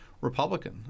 Republican